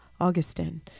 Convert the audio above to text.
Augustine